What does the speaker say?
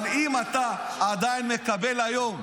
אבל אם אתה עדיין מקבל היום,